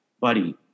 buddy